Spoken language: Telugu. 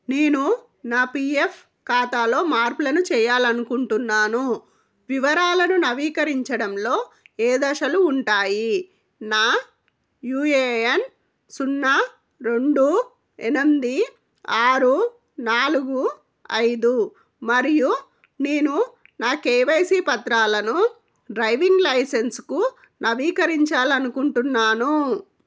నేను నా పీ ఎఫ్ ఖాతాలో మార్పులను చేయాలి అనుకుంటున్నాను వివరాలను నవీకరించడంలో ఏ దశలు ఉంటాయి నా యు ఏ ఎన్ సున్నా రెండు ఎనిమిది ఆరు నాలుగు ఐదు మరియు నేను నా కె వై సి పత్రాలను డ్రైవింగ్ లైసెన్స్కు నవీకరించాలి అనుకుంటున్నాను